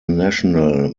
national